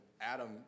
Adam